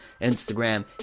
instagram